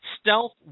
Stealth